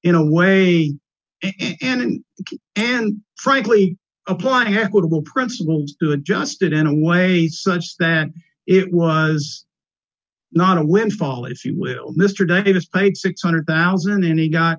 in a way and and frankly applying habitable principles to adjust it in a way such that it was not a windfall if you will mr davis paid six hundred thousand and he got